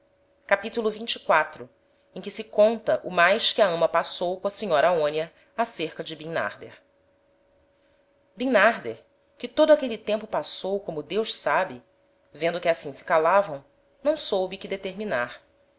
tambem capitulo xxiv em que se conta o mais que a ama passou com a senhora aonia ácerca de bimnarder bimnarder que todo aquele tempo passou como deus sabe vendo que assim se calavam não soube que determinar